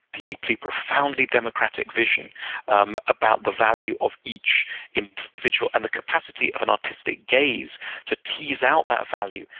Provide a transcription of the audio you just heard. deeply, profoundly democratic vision um about the value of each individual and the capacity of an artistic gaze to tease out that value,